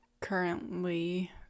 currently